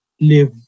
live